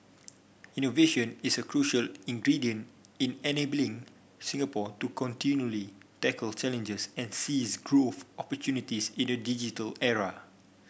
innovation is a crucial ingredient in enabling Singapore to continually tackle challenges and seize growth opportunities in a digital era